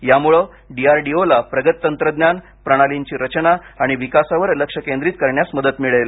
यामुळे D R D O ला प्रगत तंत्रज्ञान प्रणालींची रचना आणि विकासावर लक्ष केंद्रित करण्यास मदत मिळेल